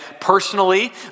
personally